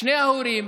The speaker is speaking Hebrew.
שני ההורים,